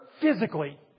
physically